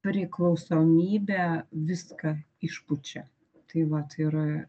priklausomybė viską išpučia tai vat yra